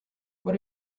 what